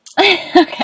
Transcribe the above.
Okay